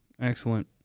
Excellent